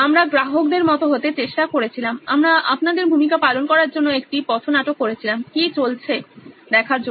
আমরা গ্রাহকদের মত হতে চেষ্টা করেছিলাম আমরা আপনাদের ভূমিকা পালন করার জন্য একটি পথনাটক করেছিলাম কি চলছে দেখার জন্য